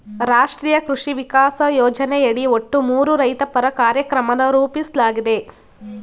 ರಾಷ್ಟ್ರೀಯ ಕೃಷಿ ವಿಕಾಸ ಯೋಜನೆಯಡಿ ಒಟ್ಟು ಮೂರು ರೈತಪರ ಕಾರ್ಯಕ್ರಮನ ರೂಪಿಸ್ಲಾಗಿದೆ